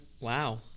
Wow